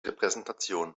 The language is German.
repräsentation